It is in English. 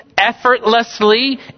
effortlessly